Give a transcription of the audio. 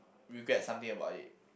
regret something about it